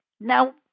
Now